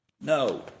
no